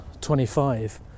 25